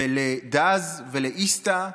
ל-Dazz, לאיסתא,